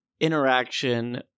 interaction